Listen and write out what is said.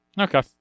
Okay